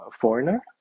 foreigner